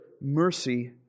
mercy